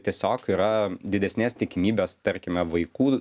tiesiog yra didesnės tikimybės tarkime vaikų